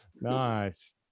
nice